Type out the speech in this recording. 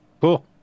Cool